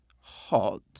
hot